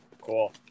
Cool